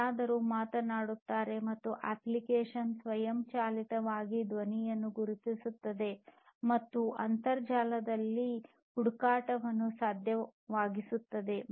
ಯಾರಾದರೂ ಮಾತನಾಡುತ್ತಾರೆ ಮತ್ತು ಈ ಅಪ್ಲಿಕೇಶನ್ ಸ್ವಯಂಚಾಲಿತವಾಗಿ ಧ್ವನಿಯನ್ನು ಗುರುತಿಸುತ್ತದೆ ಮತ್ತು ಅಂತರ್ಜಾಲದಲ್ಲಿ ಹುಡುಕಾಟವನ್ನು ಸಾಧ್ಯವಾಗಿಸುತ್ತದೆ